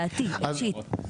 דעתי האישית.